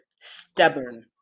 stubborn